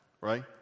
right